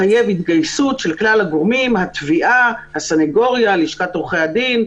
נגיף הקורונה החדש (דיונים בבתי משפט ובבתי דין בהשתתפות עצורים,